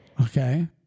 Okay